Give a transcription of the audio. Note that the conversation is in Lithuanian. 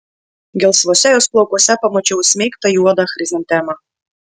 gelsvuose jos plaukuose pamačiau įsmeigtą juodą chrizantemą